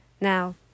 Now